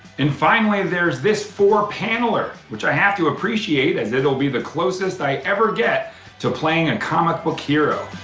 and finally there's this four paneler which i have to appreciate as it will be the closest i ever get to playing a comic book hero.